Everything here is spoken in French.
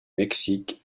mexique